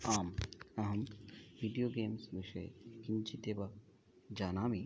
आम् अहं video games विषये किञ्चित् एव जानामि